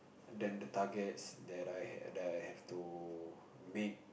then the targets that I have I have to meet